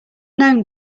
known